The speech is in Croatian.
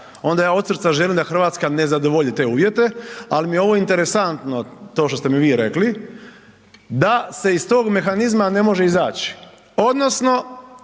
onda ja od srca želim da Hrvatska ne zadovolji te uvjete. Ali mi je ovo interesantno to što ste mi vi rekli da se iz tog mehanizma ne može izaći odnosno